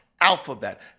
Alphabet